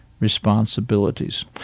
Responsibilities